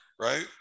right